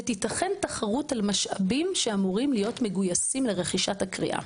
ותיתכן תחרות על משאבים שאמורים להיות מגויסים לרכישת הקריאה.